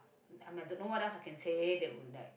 and I don't know what else I can say that would like